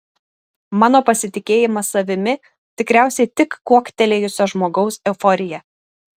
mano pasitikėjimas savimi tikriausiai tik kuoktelėjusio žmogaus euforija